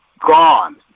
gone